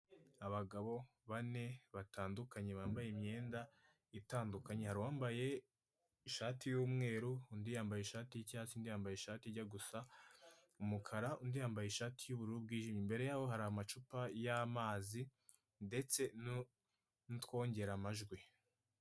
Kugira ngo hatabaho kubangamirana kw'ibinyabiziga, aho abagenzi bategera hagiye hashyirwa ibyapa ndetse n'igihe imvura iguye bashyiriyeho utuzu yo kugama mo izuba cyangwa se imvura.